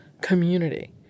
community